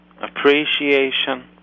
appreciation